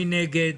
מי נגד?